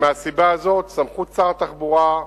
מהסיבה הזאת, סמכות שר התחבורה,